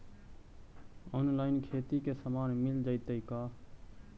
Online खेती के सामान मिल जैतै का?